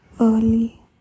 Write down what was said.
early